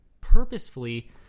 purposefully